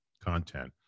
content